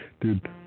Dude